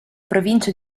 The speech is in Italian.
provincia